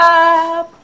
up